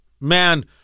man